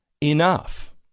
enough